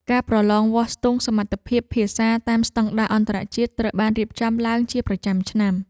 ការប្រឡងវាស់ស្ទង់សមត្ថភាពភាសាតាមស្តង់ដារអន្តរជាតិត្រូវបានរៀបចំឡើងជាប្រចាំឆ្នាំ។